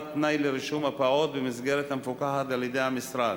תנאי לרישום הפעוט במסגרת המפוקחת על-ידי המשרד.